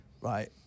right